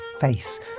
face